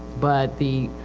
but the,